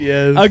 Yes